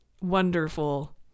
wonderful